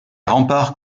remparts